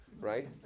right